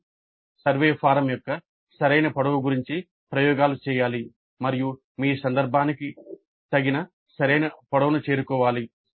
మీరు survey form యొక్క సరైన పొడవు గురించి ప్రయోగాలు చేయాలి మరియు మీ సందర్భానికి తగిన సరైన పొడవును చేరుకోవాలి